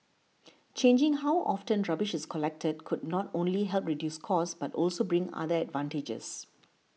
changing how often rubbish is collected could not only help to reduce costs but also bring other advantages